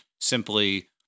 simply